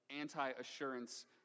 anti-assurance